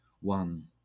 one